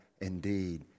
indeed